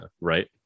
right